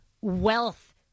wealth